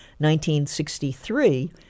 1963